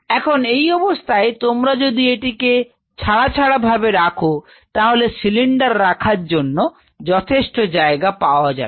এখন এই অবস্থায় তোমরা যদি এদিকে ছাড়া ছাড়া ভাবে রাখ তাহলে সিলিন্ডার রাখার জন্য যথেষ্ট জায়গা পাওয়া যাবে